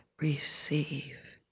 receive